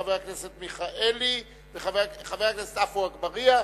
חבר הכנסת עפו אגבאריה,